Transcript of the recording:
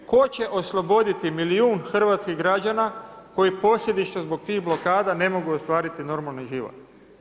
Tko će osloboditi milijun Hrvatskih građana, koji posljedično zbog tih blokada ne mogu ostvariti normalni život.